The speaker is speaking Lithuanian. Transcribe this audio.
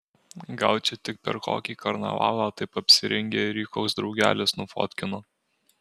gal čia tik per kokį karnavalą taip apsirengė ir jį koks draugelis nufotkino